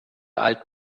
alt